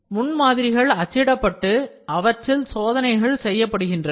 முன்மாதிரிகள் அச்சிடப்பட்டு அவற்றில் சோதனைகள் செய்யப்படுகின்றன